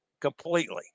completely